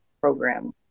program